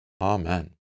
Amen